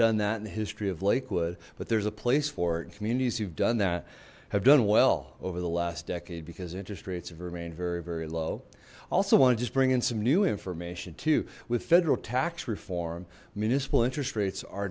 done that in the history of lakewood but there's a place for it communities who've done that have done well over the last decade because interest rates have remained very very low i also want to just bring in some new information too with federal tax reform municipal interest rates are